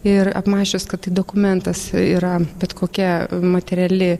ir apmąsčius kad tai dokumentas yra bet kokia materiali